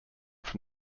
from